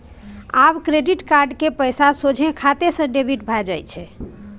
आब credit card क पैसा सोझे खाते सँ डेबिट भए जाइत छै